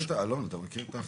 אלון אתה מכיר את ההחלטה?